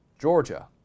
Georgia